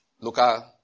local